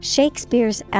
Shakespeare's